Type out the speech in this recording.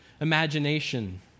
imagination